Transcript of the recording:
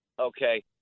Okay